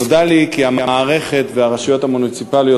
נודע לי כי המערכת והרשויות המוניציפליות